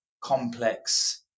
complex